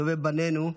טובי בנינו,